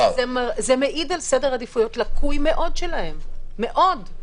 זה מעיד על סדר עדיפויות לקוי מאוד שלהם, מאוד.